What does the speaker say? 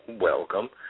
welcome